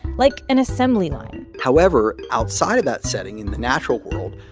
like an assembly line however, outside of that setting, in the natural world,